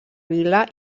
vila